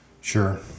Sure